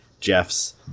Jeff's